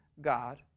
God